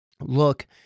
Look